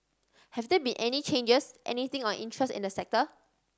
have there been any changes anything of interest in the sector